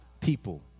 people